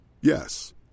Yes